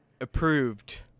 Approved